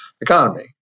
economy